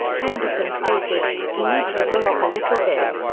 henderson stated, he needs to grow up a little bit.